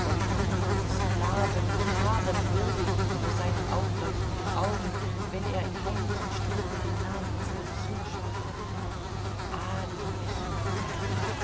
sklaven und harem wirbelten vor seinen aufleuchtenden augen wenn er in heimlichen stunden den namen vor sich hinsprach ali mechmed bei